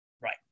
Right